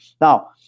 Now